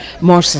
more